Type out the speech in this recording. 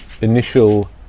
initial